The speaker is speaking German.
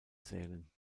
zählen